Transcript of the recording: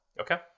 Okay